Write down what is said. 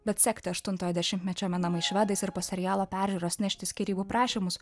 bet sekti aštuntojo dešimtmečio menamais švedais ar po serialo peržiūros nešti skyrybų prašymus